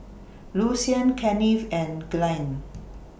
Lucian Kennith and Glynn